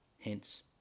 Hence